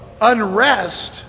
unrest